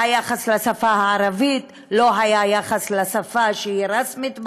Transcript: והיחס לשפה הערבית לא היה יחס לשפה שהיא רשמית במדינה,